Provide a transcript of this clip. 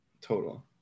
total